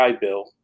Bill